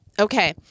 Okay